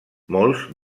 molts